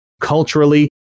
culturally